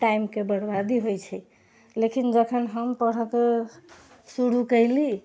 टाइमके बर्बादी होइत छै लेकिन जखन हम पढ़ऽके शुरू कयली